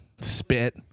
spit